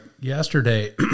yesterday